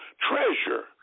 treasure